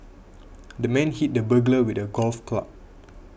the man hit the burglar with a golf club